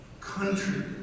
country